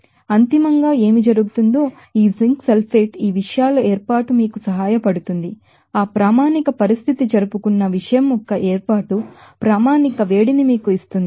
కాబట్టి అంతిమంగా ఏమి జరిగిందో ఈ జింక్ సల్ఫేట్ ఈ విషయాల ఏర్పాటు మీకు సహాయపడుతుంది ఆ స్టాండర్డ్ కండిషన్ని జరుపుకున్న విషయం యొక్క ఏర్పాటు స్టాండర్డ్ హీట్ మీకు ఇస్తుంది